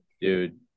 dude